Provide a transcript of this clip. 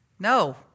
No